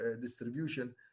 distribution